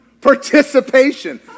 Participation